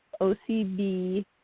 OCB